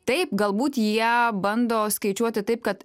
taip galbūt jie bando skaičiuoti taip kad